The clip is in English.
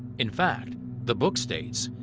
in fact the book states,